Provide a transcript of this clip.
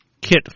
kit